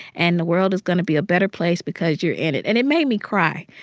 and the world is going to be a better place because you're in it. and it made me cry.